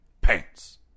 pants